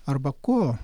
arba ko